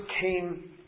came